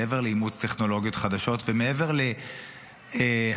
מעבר לאימוץ טכנולוגיות חדשות ומעבר להחמרה,